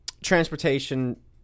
transportation